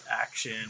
action